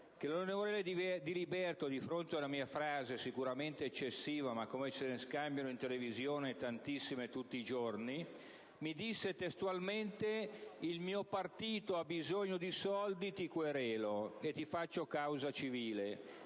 l'onorevole Diliberto, di fronte ad una mia frase (sicuramente eccessiva, ma come in televisione se ne scambiano tantissime tutti giorni), mi disse testualmente: «Il mio partito ha bisogno di soldi. Ti querelo e ti faccio causa civile».